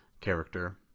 character